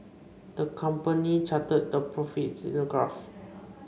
the company charted their profits in a graph